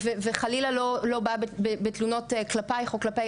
וחלילה לא לא באה בתלונות כלפייך או כלפיי